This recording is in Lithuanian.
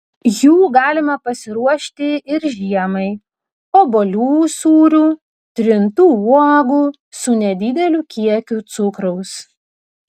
jų galima pasiruošti ir žiemai obuolių sūrių trintų uogų su nedideliu kiekiu cukraus